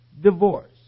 divorce